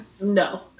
no